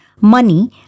money